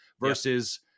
versus